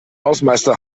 hausmeister